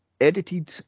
edited